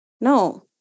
no